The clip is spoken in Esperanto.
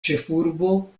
ĉefurbo